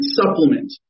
supplement